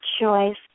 choice